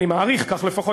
אני מעריך כך לפחות,